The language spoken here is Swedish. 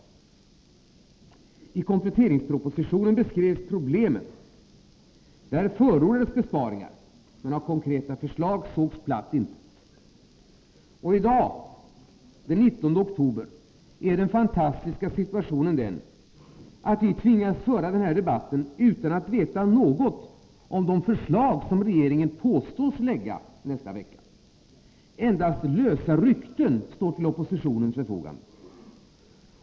I kompletteringspropositionen beskrevs problemen. Där förordades besparingar, men av konkreta förslag sågs platt intet. I dag, den 19 oktober, är den fantastiska situationen den att vi tvingas föra den här debatten utan att veta något om de förslag som regeringen påstås lägga fram nästa vecka. Endast lösa rykten står till oppositionens förfogande.